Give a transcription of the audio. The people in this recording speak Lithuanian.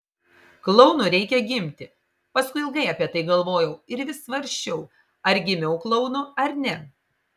klounu reikia gimti paskui ilgai apie tai galvojau ir vis svarsčiau ar gimiau klounu ar ne